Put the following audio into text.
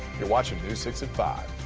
you're watching news six at five